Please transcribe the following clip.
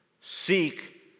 seek